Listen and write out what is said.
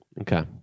Okay